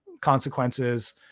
consequences